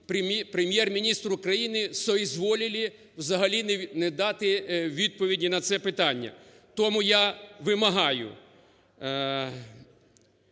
Прем'єр-міністр України соизволили взагалі не дати відповіді на це питання. Тому я вимагаю